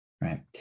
Right